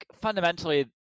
fundamentally